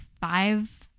five